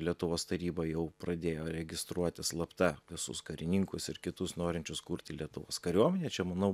lietuvos taryba jau pradėjo registruoti slapta visus karininkus ir kitus norinčius kurti lietuvos kariuomenę čia manau